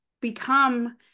become-